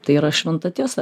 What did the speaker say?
tai yra šventa tiesa